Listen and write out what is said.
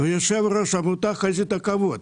אני יושב-ראש עמותת חזית הכבוד,